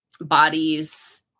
bodies